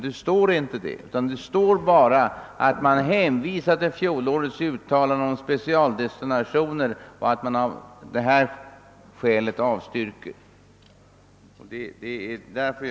Nu står det inte så, utan utskottsmajoriteten hänvisar bara till fjolårets uttalande om specialdestinationer och avstyrker motionerna.